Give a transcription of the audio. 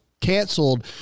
canceled